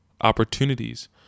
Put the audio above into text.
opportunities